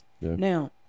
Now